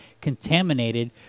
contaminated